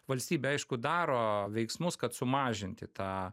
valstybė aišku daro veiksmus kad sumažinti tą